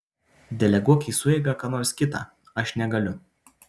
deleguok į sueigą ką nors kitą aš negaliu